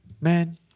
man